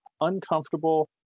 uncomfortable